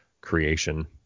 creation